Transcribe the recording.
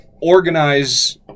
organize